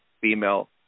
Female